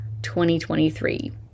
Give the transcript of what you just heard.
2023